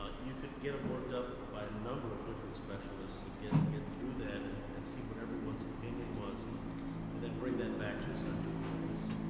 ah you can get them worked up by a number of specialists and get get through that and and see what everyone's opinion was and then bring that back to a central place.